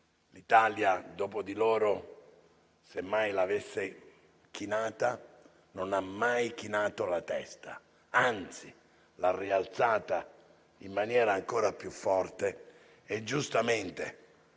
L'Italia dopo di loro - se mai l'avesse fatto - non ha mai chinato la testa, anzi l'ha rialzata in maniera ancora più forte per